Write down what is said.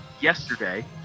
yesterday